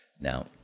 Now